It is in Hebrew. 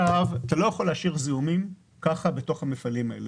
לא יכולים להשאיר זיהומים כך בתוך המפעלים הללו.